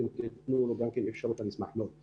יצאנו בהסברה בנושא